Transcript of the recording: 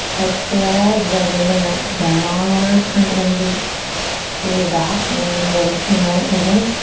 exhale, exaggerating that downward current of energy through your back. and then when you're ready, turn the right toes in,